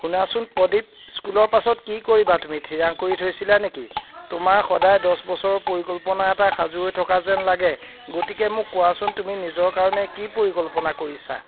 শুনাচোন প্ৰদীপ স্কুলৰ পাছত কি কৰিবা তুমি থিৰাং কৰি থৈছিলা নেকি তোমাৰ সদায় দহ বছৰৰ পৰিকল্পনা এটা সাজু হৈ থকা যেন লাগে গতিকে মোক কোৱাচোন তুমি নিজৰ কাৰণে কি পৰিকল্পনা কৰিছা